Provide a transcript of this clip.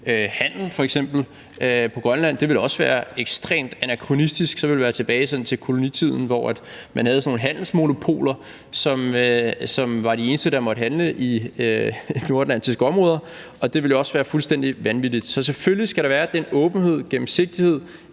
handel på Grønland. Det ville også være ekstremt anakronistisk; så ville vi være tilbage i kolonitiden, hvor man havde sådan nogle handelsmonopoler, som var de eneste, der måtte handle i nordatlantiske områder, og det ville jo også være fuldstændig vanvittigt. Så selvfølgelig skal der være den åbenhed, gennemsigtighed